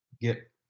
get